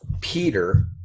Peter